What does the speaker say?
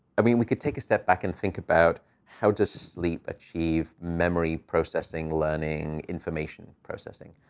i mean, we could take a step back and think about how does sleep achieve memory processing, learning, information processing.